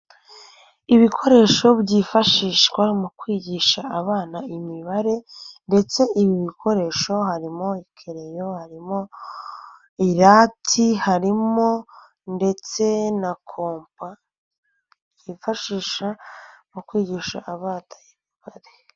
Ibikoresho byifashishwa mu kwigisha abana imibare ndetse ibi bikoresho harimo kereriyo, harimo irati, harimo ndetse na kompa yifashisha mu kwigisha abana imibare.